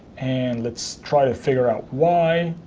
and let's try to figure out why.